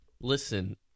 Listen